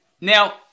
now